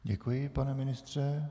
Děkuji, pane ministře.